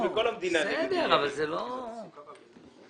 בכל המדינה יש ניגוד עניינים.